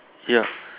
ya